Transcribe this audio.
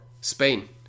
Spain